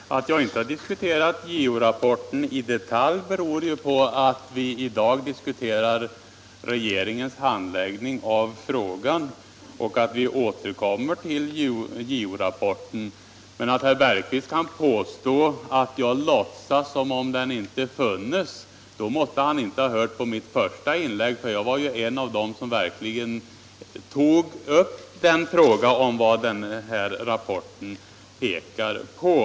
Herr talman! Att jag inte har diskuterat JO-rapporten i detalj beror på att vi i dag diskuterar regeringens handläggning av frågan och att vi återkommer till JO-rapporten. Men när herr Bergqvist påstår att jag låtsas som om den inte funnes, då måtte han inte ha hört på mitt första inlägg. Jag var ju en av dem som verkligen tog upp frågan om vad den här rapporten pekar på.